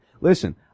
Listen